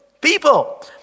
People